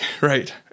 right